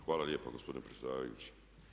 Hvala lijepo gospodine predsjedavajući.